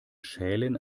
schälen